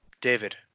David